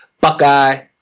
Buckeye